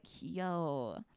yo